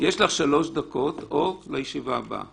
יש לך שלוש דקות או בישיבה הבאה.